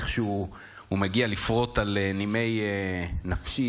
איכשהו מגיע לפרוט על נימי נפשי,